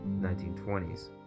1920s